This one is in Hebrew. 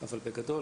אבל בגדול,